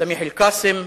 סמיח אלקאסם,